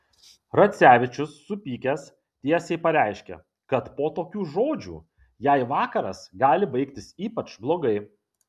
racevičius supykęs tiesiai pareiškė kad po tokių žodžių jai vakaras gali baigtis ypač blogai